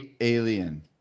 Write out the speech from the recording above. Alien